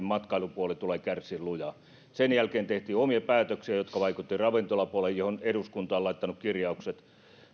matkailupuoli tulee kärsimään lujaa sen jälkeen tehtiin omia päätöksiä jotka vaikuttivat ravintolapuoleen johon eduskunta on laittanut kirjaukset